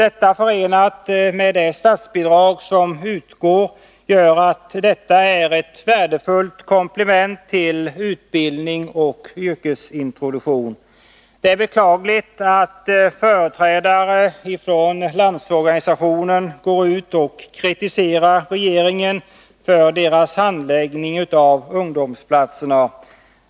Tillsammans med det statsbidrag som utgår blir detta ett värdefullt komplement till utbildning och yrkesintroduktion. Det är beklagligt att företrädare för LO går ut och kritiserar regeringen för dess handläggning av frågan om ungdomsplatserna.